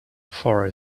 for